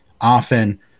often